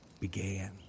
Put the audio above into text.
began